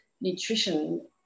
nutrition